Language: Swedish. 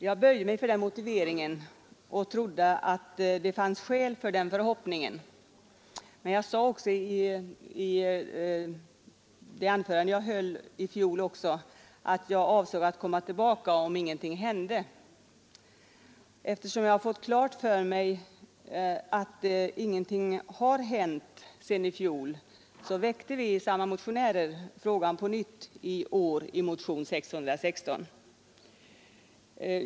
Jag böjde mig för den motiveringen och trodde att det fanns skäl för den förhoppningen, men jag sade också i det anförandet jag då höll att jag avsåg att komma tillbaka, om ingenting hände i frågan. Eftersom jag har fått klart för mig att ingenting har hänt sedan i fjol, reste vi — samma motionärer — frågan på nytt i motionen 616.